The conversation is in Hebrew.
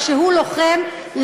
כשהוא לוחם,